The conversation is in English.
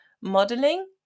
modeling